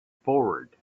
forward